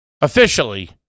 officially